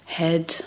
head